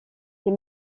ces